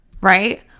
right